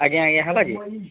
ଆଜ୍ଞା ଆଜ୍ଞା ହେଲା କି